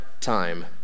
time